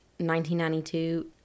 1992